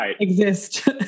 exist